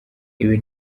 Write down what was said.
ibi